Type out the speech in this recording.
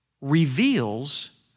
reveals